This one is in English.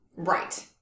Right